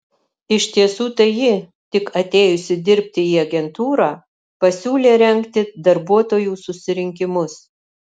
iš tiesų tai ji tik atėjusi dirbti į agentūrą pasiūlė rengti darbuotojų susirinkimus